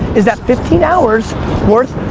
is that fifteen hours worth,